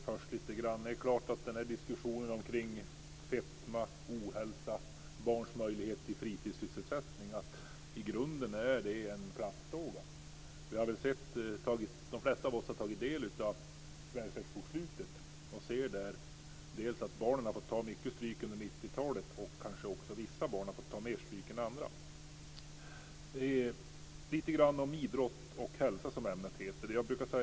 Fru talman! Det är klart att fetma, ohälsa och barns möjligheter till fritidssysselsättning i grunden är en klassfråga. De flesta av oss har tagit del av välfärdsbokslutet och ser där att barnen har fått ta mycket stryk under 90-talet och att vissa barn har fått ta mer stryk än andra. Lite grann om idrott och hälsa, som ämnet heter.